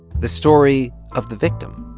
the story of the victim.